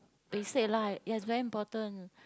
basic lah yes very important